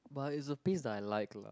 but is a piece that I like lah